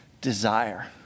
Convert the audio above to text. desire